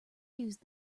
used